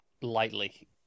lightly